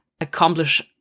accomplish